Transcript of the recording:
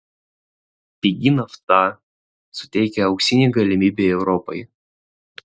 pigi nafta suteikia auksinę galimybę europai